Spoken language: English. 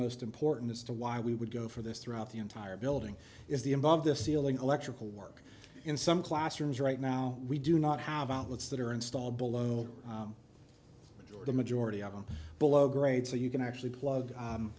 most important as to why we would go for this throughout the entire building is the above the ceiling electrical work in some classrooms right now we do not have outlets that are installed below the majority of them below grade so you can actually plug